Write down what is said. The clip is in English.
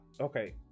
Okay